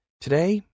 Today